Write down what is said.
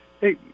Hey